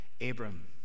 Abram